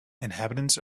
inhabitants